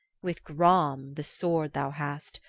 with gram, the sword thou hast,